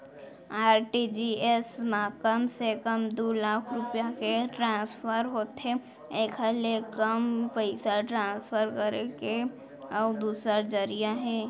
RTGS म कम से कम दू लाख रूपिया के ट्रांसफर होथे एकर ले कम पइसा ट्रांसफर करे के अउ दूसर जरिया हे